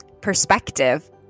perspective